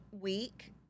week